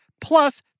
plus